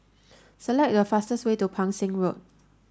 select the fastest way to Pang Seng Road